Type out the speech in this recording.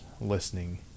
listening